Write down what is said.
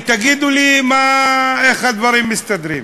ותגידו לי איך הדברים מסתדרים.